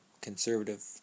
conservative